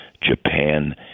Japan